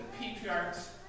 patriarchs